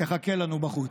תחכה לנו בחוץ.